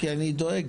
כי אני דואג.